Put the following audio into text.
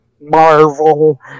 marvel